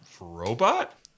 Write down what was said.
robot